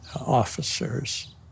officers